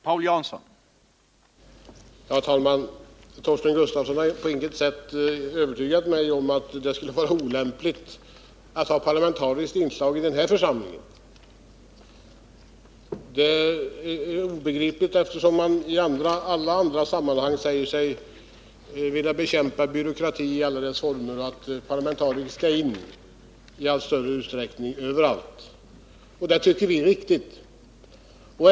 Herr talman! Torsten Gustafsson har på intet sätt övertygat mig om att det skulle vara olämpligt med ett parlamentariskt inslag i betalningsbalansdelegationen. Det vore också obegripligt, eftersom man i alla andra sammanhang vill bekämpa byråkratin och säger att parlamentariker skall in i allt större utsträckning överallt. Det tycker vi är riktigt.